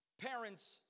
parents